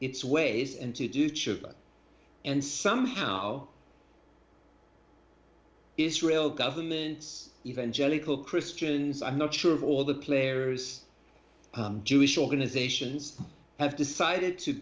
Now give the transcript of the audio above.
its ways and to do and somehow israel governments evangelical christians i'm not sure of all the players jewish organizations have decided to